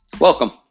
Welcome